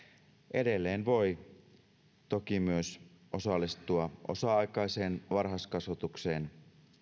edelleen voi toki myös osallistua osa aikaiseen varhaiskasvatukseen